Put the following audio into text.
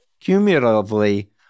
cumulatively